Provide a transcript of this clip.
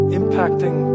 impacting